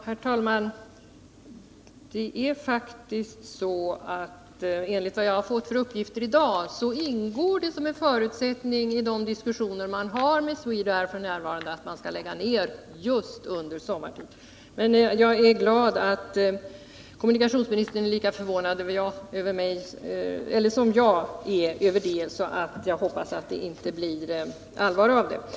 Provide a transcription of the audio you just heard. Herr talman! Enligt uppgifter som jag i dag har fått ingår det faktiskt som en förutsättning i de diskussioner man f. n. har med Swedair att trafiken läggs ned just under sommartid. Jag är glad att kommunikationsministern är lika förvånad som jag över det, och jag hoppas att det inte blir allvar av dessa planer.